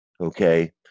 okay